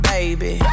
Baby